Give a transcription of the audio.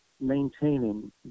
maintaining